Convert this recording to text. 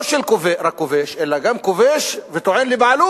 לא רק שכובש, אלא כובש וגם טוען לבעלות.